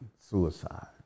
suicide